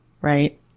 right